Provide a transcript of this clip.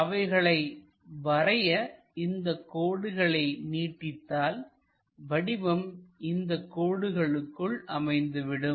அவைகளை வரைய இந்தக் கோடுகளை நீட்டித்தால் வடிவம் இந்த கோடுகளுக்குள் அமைந்து விடும்